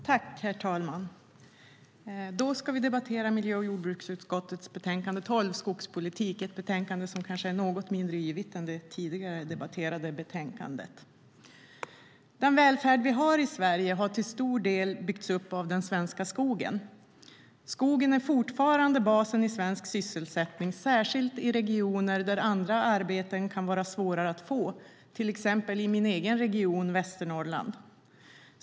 Herr talman! Vi ska nu debattera miljö och jordbruksutskottets betänkande 12, Skogspolitik , ett betänkande som kanske är något mindre yvigt än det tidigare debatterade betänkandet. Den välfärd vi har i Sverige har till stor del byggts upp av den svenska skogen. Skogen är fortfarande basen i svensk sysselsättning, särskilt i regioner där andra arbeten kan vara svårare att få, till exempel i min egen region Västernorrland.